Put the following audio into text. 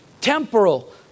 temporal